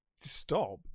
Stop